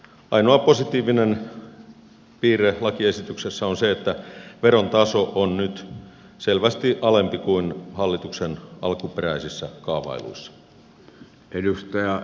ainoa positiivinen piirre lakiesityksessä on se että veron taso on nyt selvästi alempi kuin hallituksen alkuperäisissä kaavailuissa